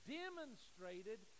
demonstrated